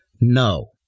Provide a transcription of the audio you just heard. No